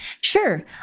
sure